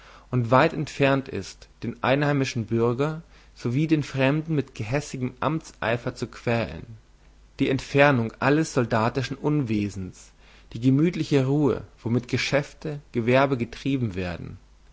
und weit entfernt ist den einheimischen bürger sowie den fremden mit gehässigem amtseifer zu quälen die entfernung alles soldatischen unwesens die gemütliche ruhe womit geschäfte gewerbe getrieben werden